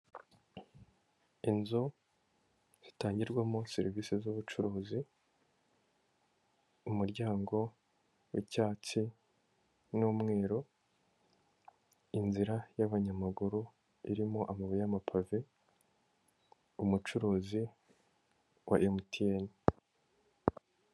Inzu zitangirwamo serivisi z'ubucuruzi umuryango w'icyatsi n'umweru, inzira y'abanyamaguru irimo amabuye y'amapave umucuruzi wa emutiyeni.